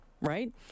right